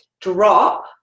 drop